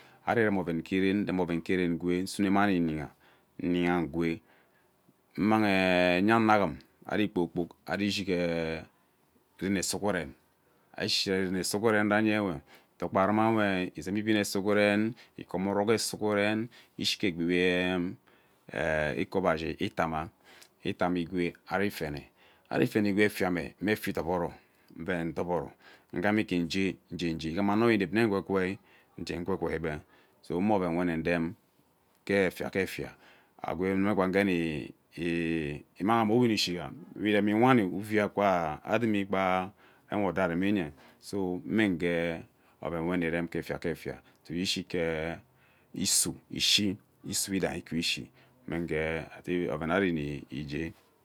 Ari irem oven ke ren ari iremi oven ke ren ugwee nden nsune mani nyiha nyiha ammang enya ano aghum ari kpoo kpok ari ishig ee denee sughuren ari shige den ene sughuren renyenwe ari tokpa vanyewe ezeem ibin ee sughuren ikom orok ee sughureen ishi egbi we ee ikoba shi itama itama igwe ari ifene ari ifene egwe efiame mme efiame mme efia idooro eve ndoboro ugham ike uje, njeje agham ano we inevi nne ngwe gwei nge ugwe gwei ebe so nwe oven we nne rem ge efia ge efia agwe megba nge nne mmang ishiga irem wani uvei akwa dimi kpa uwe oda aramiye so amunange oven we uuni irem ke efia ke efia tuo ishike ishu ishi yedah. Ikwu ishi ee oven ari nnege.